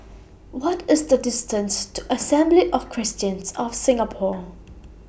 What IS The distance to Assembly of Christians of Singapore